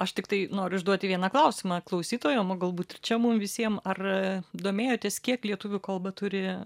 aš tiktai noriu užduoti vieną klausimą klausytojam o galbūt ir čia mum visiem ar domėjotės kiek lietuvių kalba turi